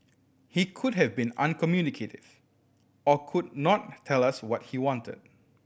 he could have been uncommunicative or could not tell us what he wanted